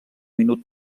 minut